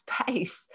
space